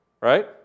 Right